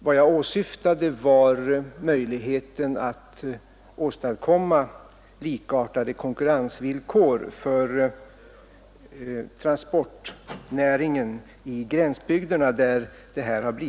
Vad jag åsyftade var möjligheten att åstadkomma likartade konkurrensvillkor för transportnäringen i gränsbygderna.